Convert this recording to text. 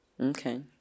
okay